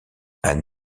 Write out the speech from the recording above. anne